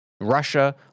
Russia